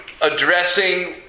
addressing